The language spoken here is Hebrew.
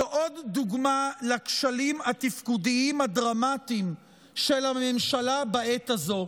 זה עוד דוגמה לכשלים התפקודיים הדרמטיים של הממשלה בעת הזו.